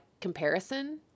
comparison